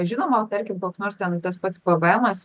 žinoma tarkim koks nors ten tas pats pvmas